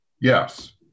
Yes